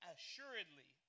Assuredly